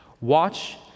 Watch